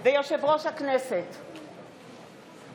יצחק הרצוג ויושב-ראש הכנסת מיקי